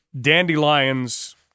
dandelions